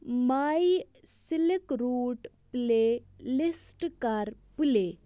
ماے silk route playlist کر play